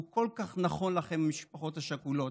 הוא כל כך נכון לכן, המשפחות השכולות.